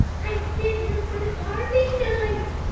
i sent him for the carving knife,